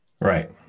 Right